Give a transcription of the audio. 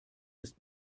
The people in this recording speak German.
ist